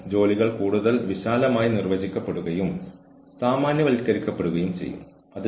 ആസൂത്രണത്തെക്കുറിച്ച് നമുക്ക് കുറച്ച് സംസാരിക്കാം